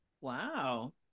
Wow